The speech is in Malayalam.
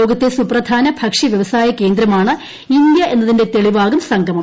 ലോകത്തെ സുപ്രധാന ഭക്ഷ്യ വ്യവസായ കേന്ദ്രമാണ് ഇന്ത്യ എന്നതിന്റെ തെളിവാകും സംഗമം